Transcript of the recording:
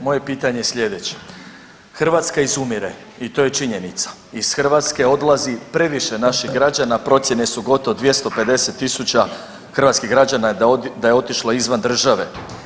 Moje pitanje je sljedeće, Hrvatska izumire i to je činjenica iz Hrvatske odlazi previše naših građana, procjene su gotovo 250.000 hrvatskih građana da je otišlo izvan države.